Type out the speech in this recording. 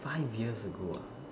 five years ago ah